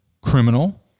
criminal